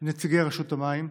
נציגי רשות המים.